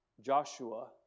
Joshua